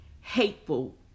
hateful